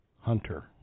hunter